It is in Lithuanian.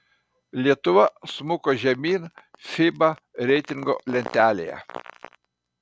lietuva smuko žemyn fiba reitingo lentelėje